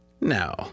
No